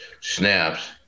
snaps